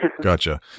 Gotcha